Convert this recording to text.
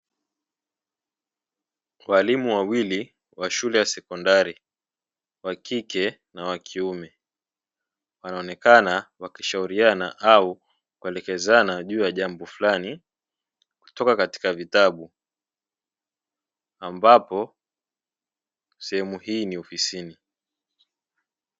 Walimu wawili wa shule ya sekondari wa kike na wa kiume, wanaonekana wakishauriana au kuelekezana juu ya jambo fulani kutoka katika vitabu, ambapo sehemu hii ni ofisini.